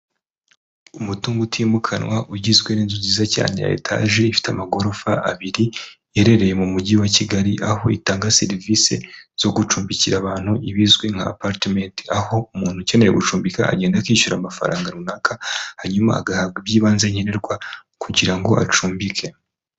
Umutungo utimukanwa ugizwe n'inzu nziza cyane ya etaje ifite amagorofa abiri, iherereye mu mugi wa Kigali, aho itanga serivise zo gucumbikira abantu ibizwi nka apatimenti, aho umuntu ukeneye gucumbika agenda akishyura amafaranga runaka, hanyuma agahabwa iby'ibanze nkenerwa kugira ngo acumbike.